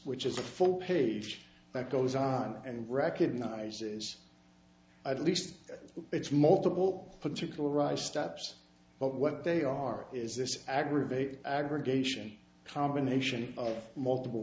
which is a full page that goes on and recognizes at least it's multiple particularize stops but what they are is this aggravated aggregation combination of multiple